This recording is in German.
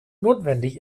notwendig